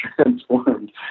transformed